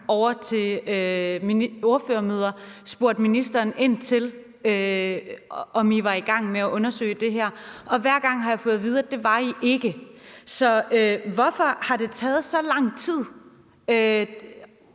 ovre ved ordførermøder spurgt ministeren ind til, om I var i gang med at undersøge det her, og hver gang har jeg fået at vide, at det var I ikke. Så hvorfor har det taget så lang tid